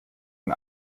ein